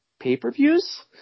pay-per-views